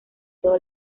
todo